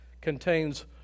contains